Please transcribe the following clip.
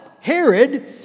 Herod